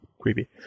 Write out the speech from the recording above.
creepy